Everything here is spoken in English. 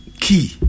key